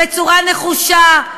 בצורה נחושה,